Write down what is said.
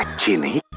genie